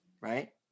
Right